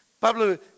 Pablo